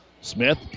Smith